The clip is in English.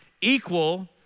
equal